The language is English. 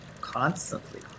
constantly